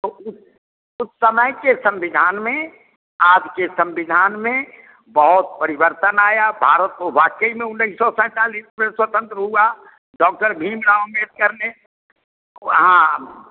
तो उस उस समय के संविधान में आज के संविधान में बहुत परिवर्तन आया भारत को वाकई में उन्नीस सौ सैंतालिस में स्वतंत्र हुआ डॉक्टर भीमराव अंबेडकर ने हाँ